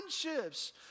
friendships